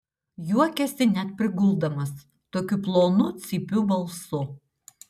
juokėsi net priguldamas tokiu plonu cypiu balsu